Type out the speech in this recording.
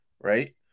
Right